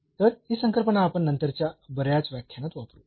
तर ही संकल्पना आपण नंतर च्या बऱ्याच व्याख्यानात वापरू